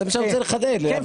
זה מה שאני רוצה לחדד להבין.